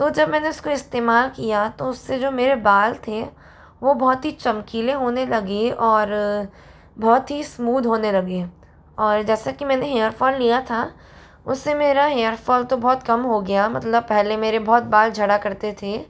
तो जब मैंने उसको इस्तेमाल किया तो उससे जो मेरे बाल थे वह बहुत ही चमकीले होने लगे और बहुत ही स्मूद होने लगें और जैसा कि मैंने हेयर फॉल लिया था उससे मेरा हेयर फॉल तो बहुत कम हो गया मतलब पहले मेरे बहुत बाल झड़ा करते थे